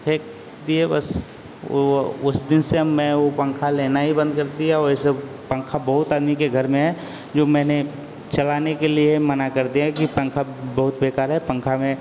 फेंक दिए बस वो उस दिन से मैं वो पंखा लेना ही बंद कर दिया वैसे पंखा बहुत अन्य के घर में है जो मैंने चलाने के लिए मना कर दिया कि पंखा बहुत बेकार है पंखा में